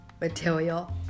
material